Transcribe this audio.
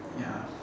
ya